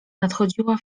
nadchodziła